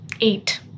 eight